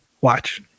watch